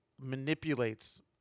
manipulates